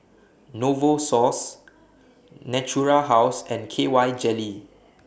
Novosource Natura House and K Y Jelly